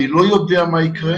אני לא יודע מה יקרה.